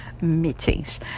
meetings